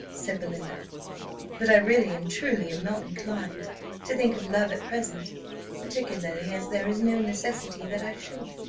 said belinda but i really and truly am not inclined to think of love at present particularly as there is no necessity that i should.